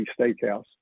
steakhouse